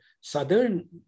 Southern